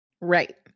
Right